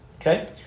Okay